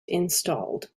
installed